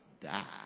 die